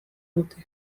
dute